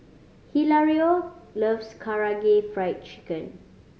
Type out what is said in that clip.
Hilario loves Karaage Fried Chicken